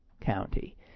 County